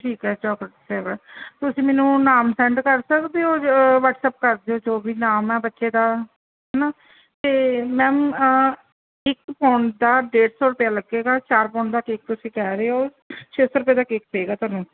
ਠੀਕ ਆ chocolate flavour ਤੁਸੀਂ ਮੈਨੂੰ ਨਾਮ ਸੈਂਡ ਕਰ ਸਕਦੇ ਹੋ ਵੱਟਸਐਪ ਕਰ ਦਿਓ ਜੋ ਵੀ ਨਾਮ ਆ ਬੱਚੇ ਦਾ ਹੈ ਨਾ ਅਤੇ ਮੈਮ ਇੱਕ ਪੌਂਡ ਦਾ ਡੇਢ ਸੌ ਰੁਪਇਆ ਲੱਗੇਗਾ ਚਾਰ ਪੌਂਡ ਦਾ ਕੇਕ ਤੁਸੀਂ ਕਹਿ ਰਹੇ ਹੋ ਛੇ ਸੌ ਰੁਪਏ ਦਾ ਕੇਕ ਪਏਗਾ ਤੁਹਾਨੂੰ